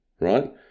right